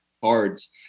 cards